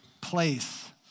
place